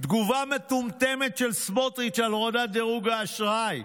תגובה מטומטמת של סמוטריץ' על הורדת דירוג האשראי,